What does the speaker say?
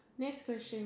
next question